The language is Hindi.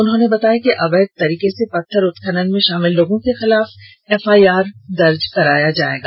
उन्होंने बताया कि अवैध तरीके से पत्थर उत्खनन में शामिल लोगों के खिलाफ एफआईआर दर्ज कराया जाएगा